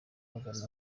baganire